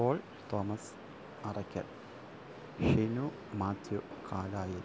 Paul Thomas Arakkal Shinu Mathew Kanayil